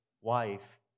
wife